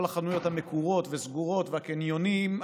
את כל החנויות המקורות והסגורות והקניונים,